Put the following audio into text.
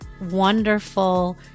wonderful